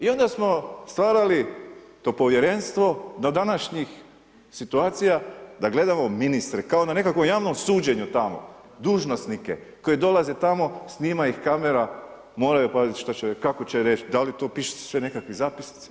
I onda smo stvarali to povjerenstvo do današnjih situacija da gledamo ministre kao na nekakvom javnom suđenju tamo, dužnosnike koji dolaze tamo, snima ih kamera, moraju pazit što će reći, kako će reći, da li to pišu se sve nekakvi zapisnici.